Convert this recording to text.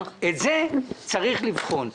את זה צריך לבחון.